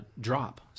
drop